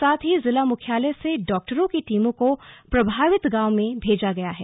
साथ ही जिला मुख्यालय से डाक्टरों की टीमों को प्रभावित गांवों में भेजा गया है